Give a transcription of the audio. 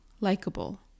likable